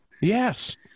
Yes